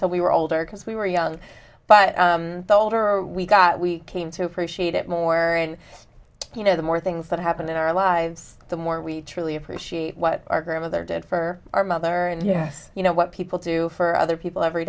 so we were older because we were young but the older we got we came to appreciate it more and you know the more things that happened in our lives the more we truly appreciate what our grandmother did for our mother and yes you know what people do for other people every